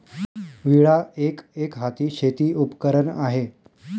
विळा एक, एकहाती शेती उपकरण आहे